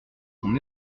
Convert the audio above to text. son